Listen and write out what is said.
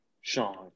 Sean